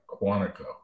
Quantico